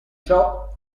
ciò